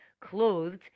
clothed